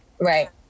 right